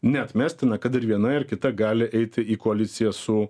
neatmestina kad ir viena ir kita gali eiti į koaliciją su